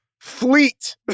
fleet